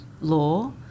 law